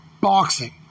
boxing